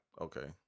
Okay